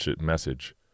message